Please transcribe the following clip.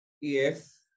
Yes